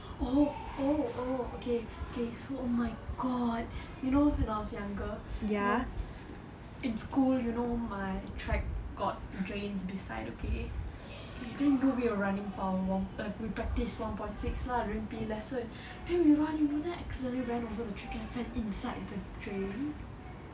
oh oh oh okay okay so oh my god you know when I was younger in school you know my track got drains beside okay okay then know when you're running for water we practice one point six lah during P_E lesson then we run into that accidentally ran over the track and fell inside the drain